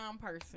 person